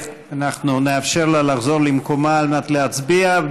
אנחנו נאפשר לה לחזור למקומה על מנת להצביע.